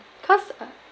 cause uh